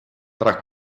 tra